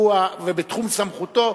ובתחום סמכותו,